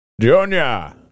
Junior